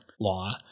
law